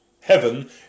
Heaven